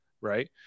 right